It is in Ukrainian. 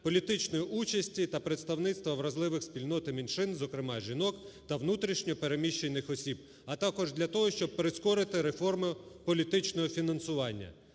політичної участі та представництва вразливих спільнот і меншин, зокрема і жінок, та внутрішньо переміщених осіб, а також для того, щоб прискорити реформу політичного фінансування.